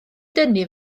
dynnu